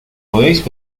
podéis